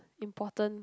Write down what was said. important